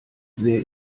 sehr